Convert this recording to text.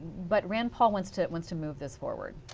but rand paul wants to wants to move this forward.